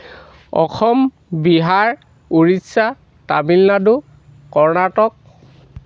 Assam Bihar Odisha Tamil Nadu Karnataka